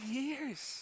years